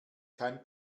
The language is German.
kein